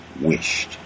wished